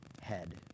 head